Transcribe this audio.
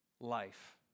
life